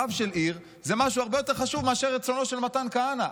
רב של עיר זה משהו הרבה יותר חשוב מאשר רצונו של מתן כהנא,